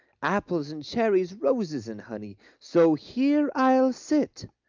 apples and cherries, roses and honey so here i'll sit,